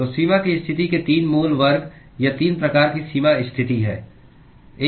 तो सीमा की स्थिति के तीन मूल वर्ग या तीन प्रकार की सीमा स्थिति हैं